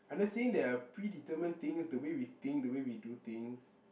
I'm just saying there are predetermined things the way we think the way we do things